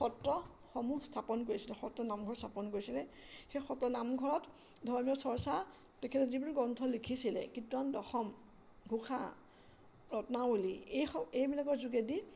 সত্ৰসমূহ স্থাপন কৰিছিলে সত্ৰ নামঘৰ স্থাপন কৰিছিলে সেই সত্ৰ নামঘৰত ধৰ্মীয় চৰ্চা তেখেত যিবোৰ গ্ৰন্থ লিখিছিলে কীৰ্তন দশম ঘোষা ৰত্নাৱলী এইবিলাকৰ যোগেদি